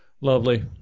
Lovely